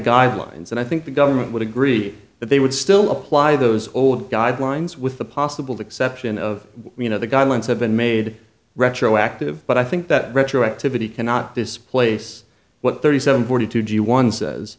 guidelines and i think the government would agree that they would still apply those old guidelines with the possible exception of you know the guidelines have been made retroactive but i think that retroactivity cannot this place what thirty seven forty two g one says